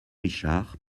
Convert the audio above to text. richard